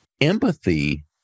Empathy